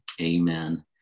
Amen